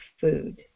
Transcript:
food